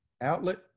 outlet